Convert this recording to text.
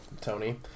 tony